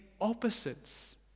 opposites